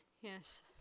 Yes